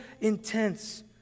intense